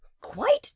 Quite